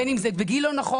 בין אם זה בגיל לא נכון,